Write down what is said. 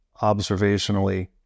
observationally